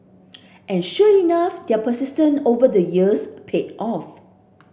and sure enough their persistence over the years paid off